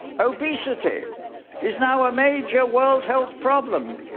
obesity is now a major world health problem.